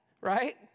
right